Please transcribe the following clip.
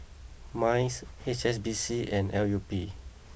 Minds HSBC and L U P